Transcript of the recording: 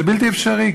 זה בלתי אפשרי.